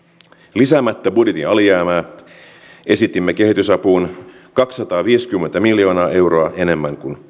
lisäämättä budjetin alijäämää esitimme kehitysapuun kaksisataaviisikymmentä miljoonaa euroa enemmän kuin